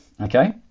Okay